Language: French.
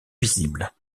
visible